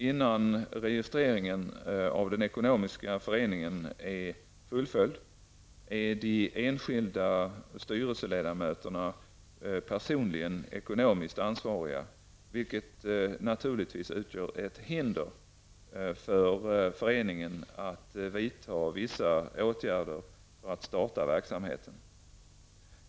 Innan registreringen av den ekonomiska föreningen är fullföljd är de enskilda styrelseledamöterna personligen ekonomiskt ansvariga, vilket naturligtvis hindrar föreningen från att vidta vissa åtgärder för att starta verksamheten.